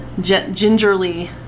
gingerly